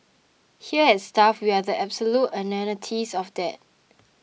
here at Stuff we are the absolute antithesis of that